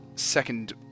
second